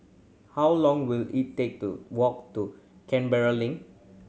how long will it take to walk to Canberra Link